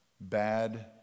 bad